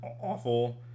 awful